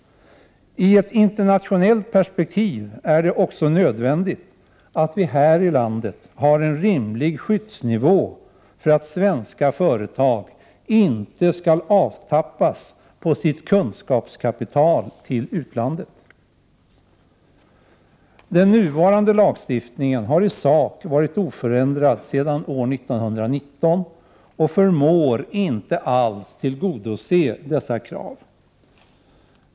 I ett internationellt perspektiv är det också nödvändigt att vi här i landet har en rimlig skyddsnivå för att svenska företag inte skall avtappas på sitt kunskapskapital till utlandet. Den nuvarande lagstiftningen har i sak varit oförändrad sedan år 1919 och förmår inte alls tillgodose dessa krav.